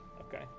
Okay